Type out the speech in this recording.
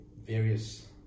various